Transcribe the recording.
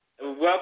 Welcome